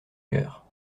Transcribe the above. cœur